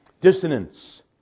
Dissonance